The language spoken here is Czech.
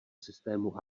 systému